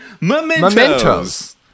Mementos